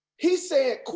he's saying,